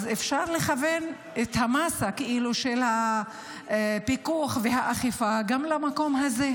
אז אפשר לכוון את המאסה של הפיקוח והאכיפה גם למקום הזה.